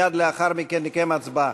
מייד לאחר מכן נקיים הצבעה.